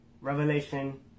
Revelation